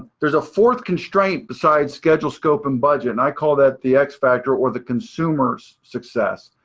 there's a fourth constraint besides schedule, scope, and budget, and i call that the x factor or the consumer's success.